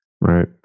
Right